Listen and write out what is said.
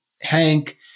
Hank